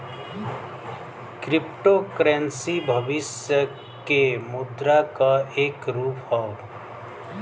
crypto currency भविष्य के मुद्रा क एक रूप हौ